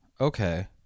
Okay